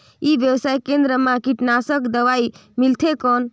ई व्यवसाय केंद्र मा कीटनाशक दवाई मिलथे कौन?